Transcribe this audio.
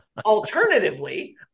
Alternatively